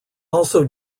also